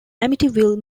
amityville